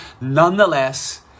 nonetheless